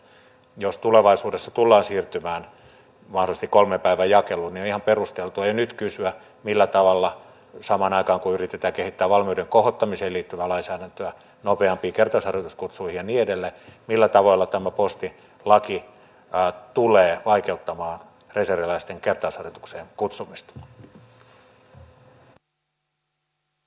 jos tulevaisuudessa tullaan siirtymään mahdollisesti kolmen päivän jakeluun niin on ihan perusteltua jo nyt kysyä millä tavoilla samaan aikaan kun yritetään kehittää valmiuden kohottamiseen liittyvää lainsäädäntöä nopeampiin kertausharjoituskutsuihin ja niin edelleen tämä postilaki tulee vaikeuttamaan reserviläisten kertausharjoitukseen kutsumista